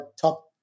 top